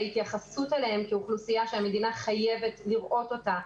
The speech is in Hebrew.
ההתייחסות אליהם כאוכלוסייה שהמדינה חייבת לראות אותה,